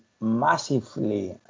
massively